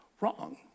Wrong